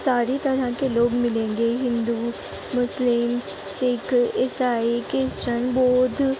ساری طرح کے لوگ ملیں گے ہندو مسلم سکھ عیسائی کرشچن بودھ